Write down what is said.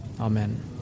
Amen